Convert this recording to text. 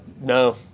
no